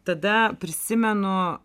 tada prisimenu